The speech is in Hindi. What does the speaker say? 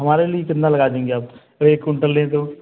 हमारे लिए कितना लगा देंगे आप एक कोंटल लें तो